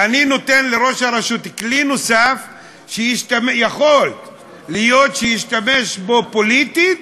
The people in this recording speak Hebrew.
אני נותן לראש הרשות כלי נוסף שיכול להיות שהוא ישתמש בו פוליטית